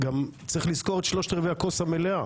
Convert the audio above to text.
צריך לזכור את 3/4 הכוס המלאה